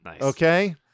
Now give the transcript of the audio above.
Okay